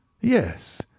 Yes